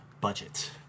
budget